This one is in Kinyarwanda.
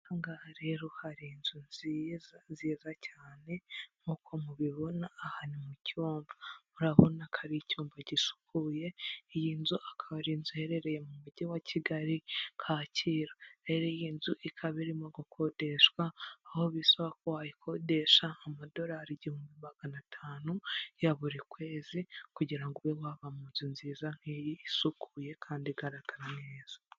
Aha rero hari inzu nziza nziza cyane! Nk’uko mubibona aha ni mu cyumba, murabona ko ari icyumba gisukuye. Iyi nzu akaba ari inzu iherereye mu mujyi wa Kigali Kacyiru, rero iyi nzu ikaba irimo gukodeshwa aho bisaba ko wayikodesha amadolari igihumbi magana atanu ya buri kwezi kugira ngo ube waba mu nzu nziza nk'iyi isukuye kandi igaragara neza.